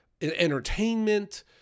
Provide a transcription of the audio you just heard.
entertainment